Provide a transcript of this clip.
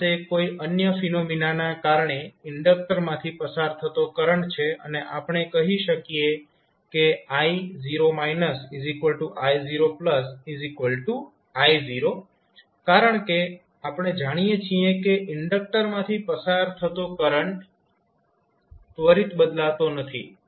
આપણી પાસે કોઈ અન્ય ફિનોમિનાના કારણે ઇન્ડક્ટરમાંથી પસાર થતો કરંટ છે અને આપણે કહી શકીએ કે ii0I0 કારણ કે આપણે જાણીએ છીએ કે ઇન્ડક્ટરમાંથી પસાર થતો કરંટ ત્વરિત બદલાતો નથી